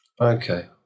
Okay